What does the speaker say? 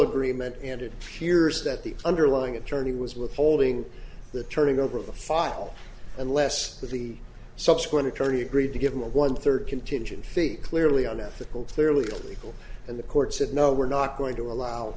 agreement and it appears that the underlying attorney was withholding the turning over of the file unless the subsequent attorney agreed to give him a one third contingent fee clearly unethical clearly illegal and the court said no we're not going to allow